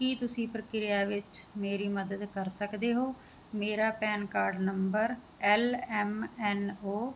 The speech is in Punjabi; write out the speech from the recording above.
ਕੀ ਤੁਸੀਂ ਪ੍ਰਕਿਰਿਆ ਵਿੱਚ ਮੇਰੀ ਮਦਦ ਕਰ ਸਕਦੇ ਹੋ ਮੇਰਾ PAN card number L M N ਔ